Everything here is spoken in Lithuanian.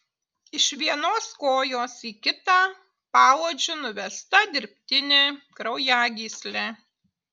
iš vienos kojos į kitą paodžiu nuvesta dirbtinė kraujagyslė